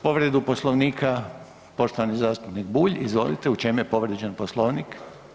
povredu Poslovnika, poštovani zastupnik Bulj, izvolite, u čemu je povrijeđen Poslovnik?